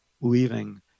leaving